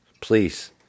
please